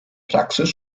praxis